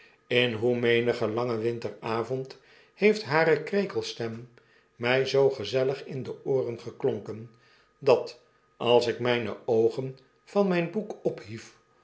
in hoe menigen langen winteravond heeft hare krekelstem mg zoo gezellig in de ooren geklonken dat als ik myne oogen van myn boek ophief